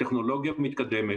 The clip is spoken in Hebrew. הטכנולוגיה מתקדמת.